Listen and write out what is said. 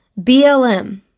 BLM